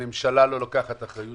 הממשלה לא לוקחת אחריות